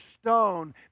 stone